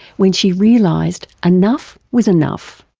when she realised enough was enough.